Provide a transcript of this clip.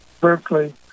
Berkeley